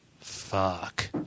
Fuck